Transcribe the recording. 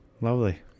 Lovely